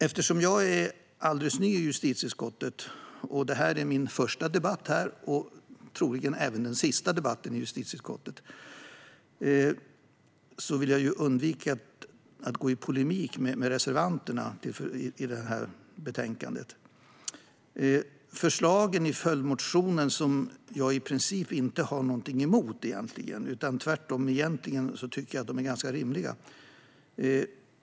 Eftersom jag är alldeles ny i justitieutskottet och detta är min första och troligen även min sista debatt i detta utskott vill jag undvika att gå i polemik med reservanterna om betänkandet. Förslagen i följdmotionen har jag i princip inte något emot; tvärtom tycker jag att de är ganska rimliga.